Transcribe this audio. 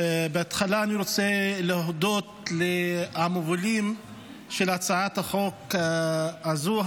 בהתחלה אני רוצה להודות למובילים של הצעת החוק הזו,